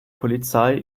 polizei